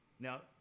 Now